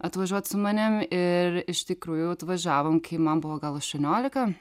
atvažiuot su manim ir iš tikrųjų atvažiavom kai man buvo gal aštuoniolika